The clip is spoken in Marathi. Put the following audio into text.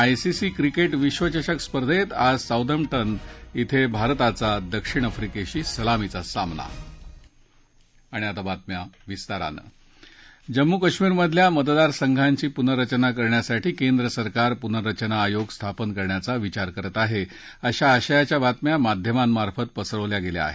आयसीसी क्रिक्ट्र विश्वचषक स्पर्धेत आज साउदम्टन इथे भारताचा दक्षिण आफ्रिक्शी सलामीचा सामना जम्मू कश्मीरमधल्या मतदार संघांची पुनर्रचना करण्यासाठी केंद्रसरकार पुनर्रचना आयोग स्थापन करण्याचा विचार करत आहे अशा आशयाच्या बातम्या माध्यमांमार्फत पसरवल्या गेल्या आहेत